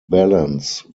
balance